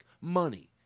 money